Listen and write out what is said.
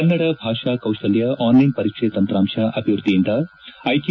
ಕನ್ನಡ ಭಾಷಾ ಕೌಶಲ್ಯ online ಪರೀಕ್ಷೆ ತಂತ್ರಾಂಶ ಅಭಿವೃದ್ಧಿಯಿಂದ ಐಟಿ